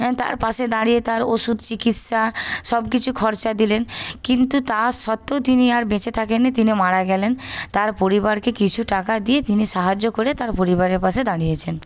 তার পাশে দাঁড়িয়ে তার ওষুধ চিকিৎসা সবকিছু খরচা দিলেন কিন্তু তা সত্ত্বেও তিনি আর বেঁচে থাকেন নি তিনি মারা গেলেন তার পরিবারকে কিছু টাকা দিয়ে তিনি সাহায্য করে তার পরিবারের পাশে দাঁড়িয়েছেন